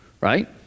right